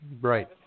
Right